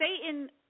Satan